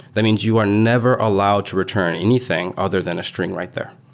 i mean, you are never allowed to return anything other than a string right there.